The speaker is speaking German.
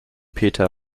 peter